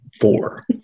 four